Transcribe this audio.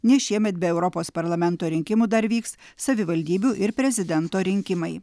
nes šiemet be europos parlamento rinkimų dar vyks savivaldybių ir prezidento rinkimai